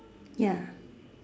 ya